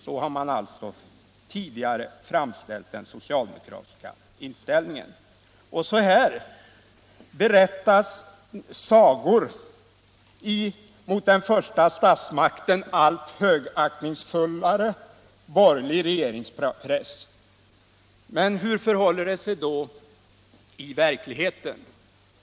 Så har man alltså tidigare framställt den socialdemokratiska inställningen. Även här berättas sagor i en mot den första statsmakten allt högaktningsfullare borgerlig regeringspress. Men hur förhåller det sig då i verkligheten?